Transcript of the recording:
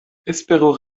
espero